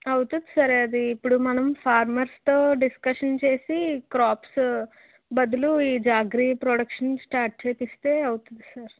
అవుతుంది సార్ అది ఇప్పుడు మనం ఫార్మర్స్తో డిస్కషన్ చేసి క్రాప్స్ బదులు ఈ జాగరి ప్రోడక్షన్స్ స్టార్ట్ చేస్తే అవుతుంది సార్